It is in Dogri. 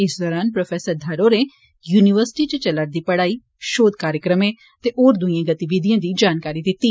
इस दोरान प्रों धर होरें युनिवर्सिटी इच चला दी पढ़ाई शौध कार्यक्रमें ते होर दुई गतिविधिएं दी जानकारी दित्ती